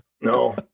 No